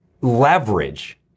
leverage